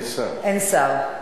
אנחנו תיכף נבדוק.